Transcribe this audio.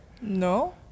No